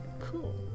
Cool